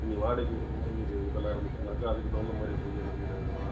நீங்கள் வாடகைக்கு விடுற மாதிரி இது இதுலாம் இருந்துச்சின்னாக்கா அதுக்குத் தகுந்த மாதிரி செய்யணும் வீடு இதுல்லாம்